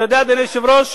אתה יודע, אדוני היושב-ראש,